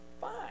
fine